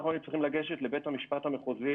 אנחנו היינו צריכים לגשת לבית המשפט המחוזי,